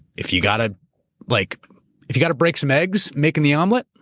if you got to like if you got to break some eggs making the omelet,